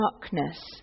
darkness